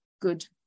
good